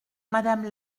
madame